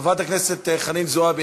חברת הכנסת חנין זועבי,